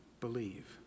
believe